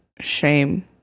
shame